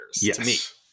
Yes